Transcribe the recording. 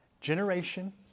generation